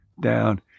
down